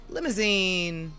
Limousine